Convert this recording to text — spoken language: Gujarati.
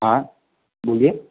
હા બોલીએ